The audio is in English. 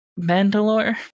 Mandalore